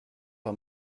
par